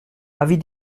avis